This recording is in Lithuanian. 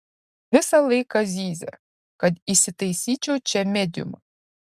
visą laiką zyzia kad įsitaisyčiau čia mediumą